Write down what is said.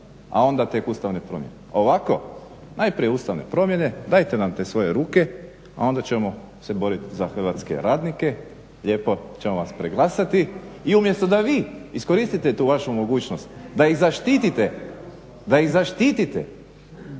a onda tek ustavne promjene. Ovako, najprije ustavne promjene, dajte nam te svoje ruke a onda ćemo se boriti za hrvatske radnike. Lijepo ćemo vas preglasati i umjesto da vi iskoristite tu vašu mogućnost da ih zaštitite pristali ste